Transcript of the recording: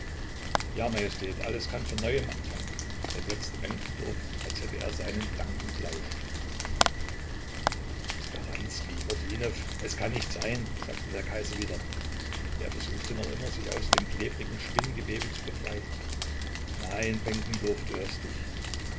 ja majestät alles kann von neuem anfangen versetzte benkendorf als hätte er seinen gedanken belauscht speranskij mordwinow es kann nicht sein sagte der kaiser wieder er versuchte noch immer sich aus dem klebrigen spinngewebe zu befreien nein benkendorf du irrst dich